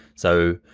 so,